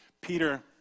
Peter